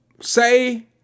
say